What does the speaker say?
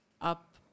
up